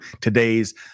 today's